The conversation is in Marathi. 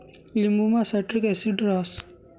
लिंबुमा सायट्रिक ॲसिड रहास